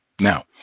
Now